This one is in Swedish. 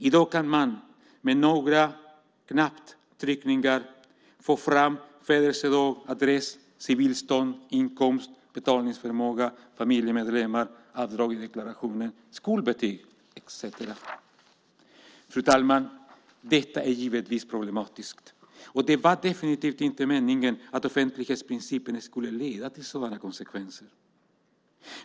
Idag kan man med några knapptryckningar få fram födelsedag, adress, civilstånd, inkomst, betalningsförmåga, familjemedlemmar, avdrag i deklaration, skolbetyg etc." Fru talman! Detta är givetvis problematiskt. Det var definitivt inte meningen att offentlighetsprincipen skulle få sådana konsekvenser.